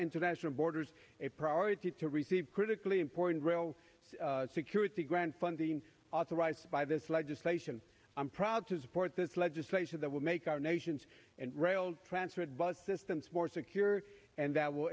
international borders a priority to receive critically important rail security grant funding authorized by this legislation i'm proud to support this legislation that will make our nations and rail transport bus systems more secure and that will